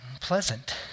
pleasant